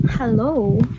Hello